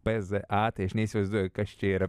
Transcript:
p z a tai aš neįsivaizduoju kas čia yra